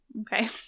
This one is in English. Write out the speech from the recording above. okay